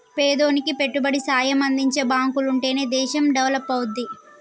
పేదోనికి పెట్టుబడి సాయం అందించే బాంకులుంటనే దేశం డెవలపవుద్ది